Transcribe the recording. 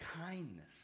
kindness